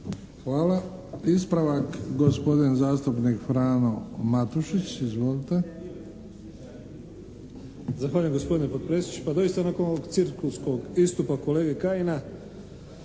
Hvala. Ispravak gospodin zastupnik Frano Matušić. Izvolite. **Matušić, Frano (HDZ)** Zahvaljujem gospodine potpredsjedniče. Pa doista nakon ovog cirkuskog istupa kolege Kajina